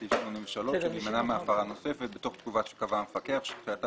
בסעיף 83 ולהימנע מהפרה נוספת בתוך תקופה שקבע המפקח שתחילתה